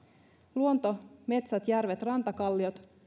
luonto metsät järvet ja rantakalliot